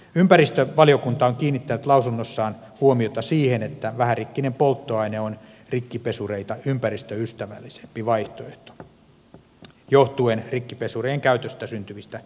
ympäristövaliokunta on kiinnittänyt lausunnossaan huomiota siihen että vähärikkinen polttoaine on rikkipesureita ympäristöystävällisempi vaihtoehto johtuen rikkipesurien käytöstä syntyvistä pesuvesistä